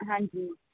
ਹਾਂਜੀ